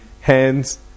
Hands